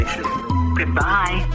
Goodbye